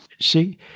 see